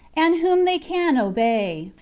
and whom they can obey,